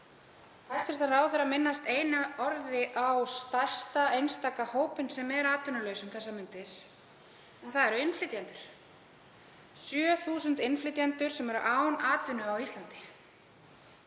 ráðherra minnast einu orði á stærsta einstaka hópinn sem er atvinnulaus um þessar mundir og það eru innflytjendur. 7.000 innflytjendur eru án atvinnu á Íslandi.